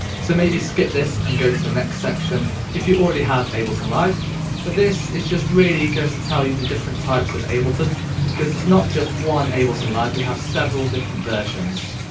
so maybe skip this and go to the next section if you already have ableton live but really is just really going to tell you the different types of ableton because it's not just one ableton live we have several different versions.